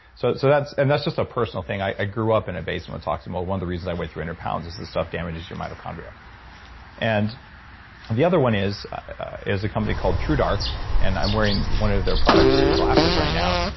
so so that's and that's just a personal thing. i grew up in a basement with toxic mold. one of the reasons i weighed three hundred pounds is this stuff damages your mitochondria and and the other one is is a company called truedark and i'm wearing one of their products, the glasses, right now.